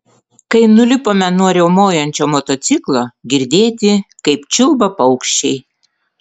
kai nulipome nuo riaumojančio motociklo girdėti kaip čiulba paukščiai